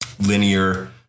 linear